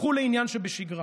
הפכו לעניין שבשגרה.